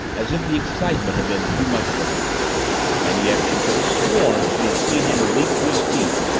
as if the excitement had been too much for him and yet she could have sworn she had seen him leap to his feet,